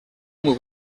muy